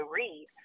read